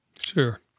Sure